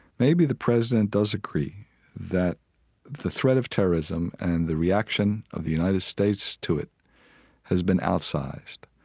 maybe the president does agree that the threat of terrorism and the reaction of the united states to it has been outsized,